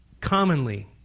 commonly